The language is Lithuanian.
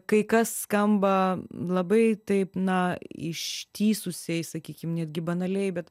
kai kas skamba labai taip na ištįsusiai sakykim netgi banaliai bet